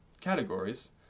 categories